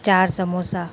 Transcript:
चारि समोसा